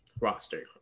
roster